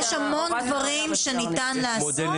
יש המון דברים שניתן לעשות.